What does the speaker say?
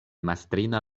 mastrina